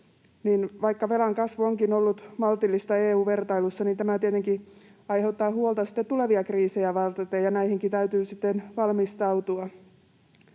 vaikka velan kasvu onkin ollut maltillista EU-vertailussa, tämä tietenkin aiheuttaa huolta sitten tulevia kriisejä varten, ja näihinkin täytyy sitten valmistautua.